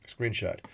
Screenshot